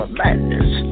madness